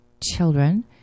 children